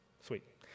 Sweet